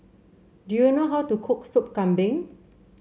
do you know how to cook Sop Kambing